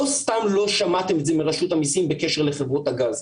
לא סתם לא שמעתם את זה מרשות המיסים בקשר לחברות הגז.